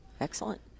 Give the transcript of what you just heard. Excellent